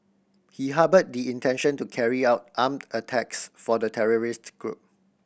he harboured the intention to carry out armed attacks for the terrorist group